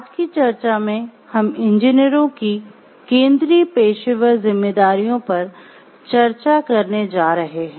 आज की चर्चा में हम इंजीनियरों की केंद्रीय पेशेवर जिम्मेदारियों पर चर्चा करने जा रहे हैं